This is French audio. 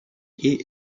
est